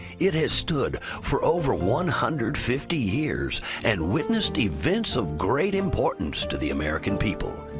it has stood for over one hundred fifty years and witnessed events of great importance to the american people.